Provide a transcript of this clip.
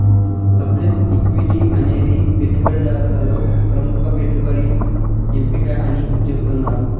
public equity అనేది పెట్టుబడిదారులలో ప్రముఖ పెట్టుబడి ఎంపిక అని చెబుతున్నరు